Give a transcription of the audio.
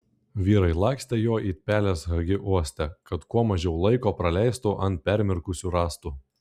vyrai lakstė juo it pelės hagi uoste kad kuo mažiau laiko praleistų ant permirkusių rąstų